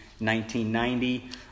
1990